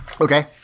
Okay